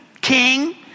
king